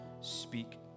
speak